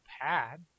pad